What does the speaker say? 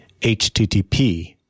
HTTP